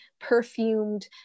perfumed